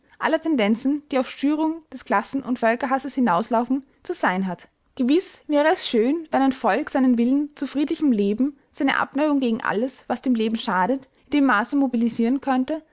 tendenzen die auf schürung des klassen und völkerhasses hinauslaufen zu sein hat gewiß wäre es schön wenn ein volk seinen willen zu friedlichem leben seine abneigung gegen alles was dem leben schadet in dem maße mobilisieren könnte